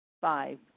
Five